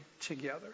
together